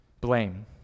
Blame